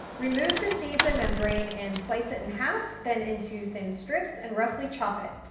remove the seeds and membrane and slice it in half, then into thin strips and roughly chop it.